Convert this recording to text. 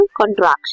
contraction